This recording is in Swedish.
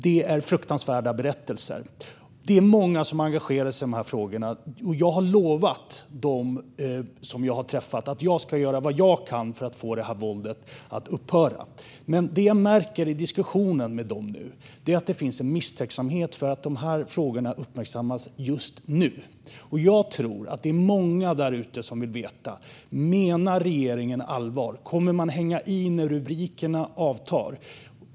Det är fruktansvärda berättelser. Det är många som engagerar sig i de här frågorna. Jag har lovat dem som jag har träffat att jag ska göra vad jag kan för att få det här våldet att upphöra. Men det jag märker i diskussionen med dem nu är att det finns en misstänksamhet. De här frågorna uppmärksammas just nu, men jag tror att det är många där ute som vill veta: Menar regeringen allvar? Kommer man att hänga i när rubrikerna avtar?